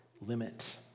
limit